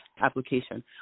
application